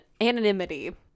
anonymity